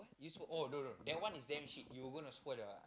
is for all the the that one is damm shit you're going to spoil that one